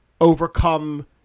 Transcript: overcome